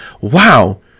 wow